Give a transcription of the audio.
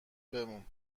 بمون